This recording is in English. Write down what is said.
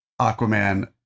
Aquaman